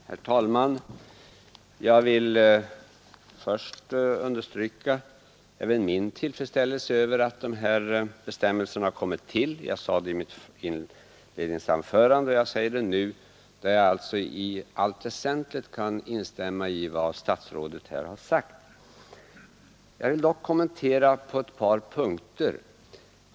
Herr talman! Jag vill först uttrycka även min tillfredsställelse över att dessa bestämmelser har kommit till. Det sade jag i mitt inledningsanförande, och jag upprepar det nu. Jag kan också i allt väsentligt instämma i vad statsrådet här anförde, men jag vill komplettera det sagda på ett par punkter.